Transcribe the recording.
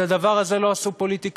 את הדבר הזה לא עשו פוליטיקאים,